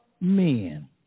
men